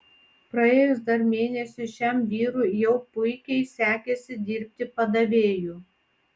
praėjus dar mėnesiui šiam vyrui jau puikiai sekėsi dirbti padavėju